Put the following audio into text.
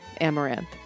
Amaranth